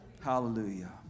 Hallelujah